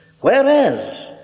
whereas